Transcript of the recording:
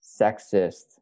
sexist